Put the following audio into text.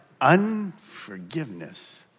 unforgiveness